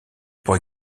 pour